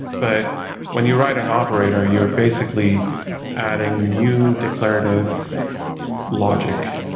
but when you write an operator, you're basically adding new declarative logic,